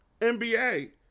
NBA